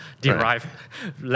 derive